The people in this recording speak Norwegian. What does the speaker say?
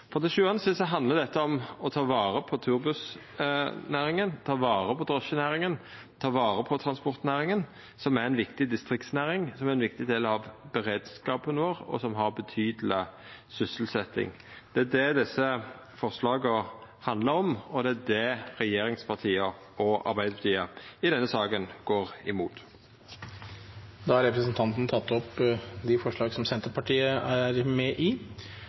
Til sjuande og sist handlar dette om å ta vare på turbussnæringa, ta vare på drosjenæringa, ta vare på transportnæringa, som er ei viktig distriktsnæring og ein viktig del av beredskapen vår, og som har betydeleg sysselsetjing. Det er det desse forslaga handlar om, og det er det regjeringspartia og Arbeidarpartiet i denne saka går imot. Representanten Geir Pollestad har tatt opp de forslagene han refererte til. Det vi definitivt har jobbet mest med i